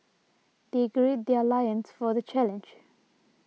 they gird their loins for the challenge